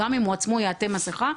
גם אם הוא עצמו יעטה מסכה,